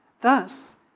Thus